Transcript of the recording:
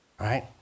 right